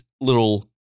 little